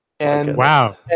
Wow